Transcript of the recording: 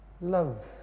Love